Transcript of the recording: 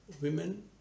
women